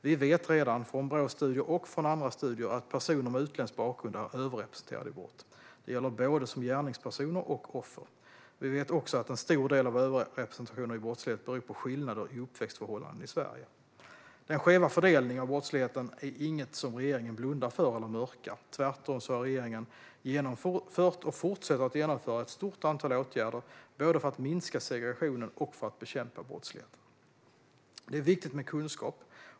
Vi vet redan, från Brås studier och från andra studier, att personer med utländsk bakgrund är överrepresenterade i brott. Det gäller både som gärningspersoner och offer. Vi vet också att en stor del av överrepresentationen i brottslighet beror på skillnader i uppväxtförhållanden i Sverige. Denna skeva fördelning av brottsligheten är inget som regeringen blundar för eller mörkar. Tvärtom har regeringen vidtagit och fortsätter att vidta ett stort antal åtgärder både för att minska segregationen och för att bekämpa brottsligheten. Det är viktigt med kunskap.